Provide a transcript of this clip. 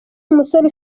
umusore